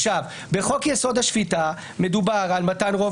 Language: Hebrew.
בחוק יסוד השפיטה מדובר על מתן רוב